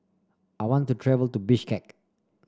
I want to travel to Bishkek